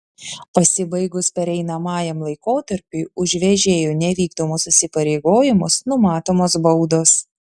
pasibaigus pereinamajam laikotarpiui už vežėjų nevykdomus įsipareigojimus numatomos baudos